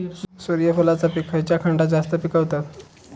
सूर्यफूलाचा पीक खयच्या खंडात जास्त पिकवतत?